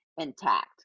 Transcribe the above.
intact